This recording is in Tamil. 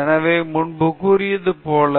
எனவே முன்பு கூறியதுபோல்